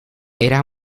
era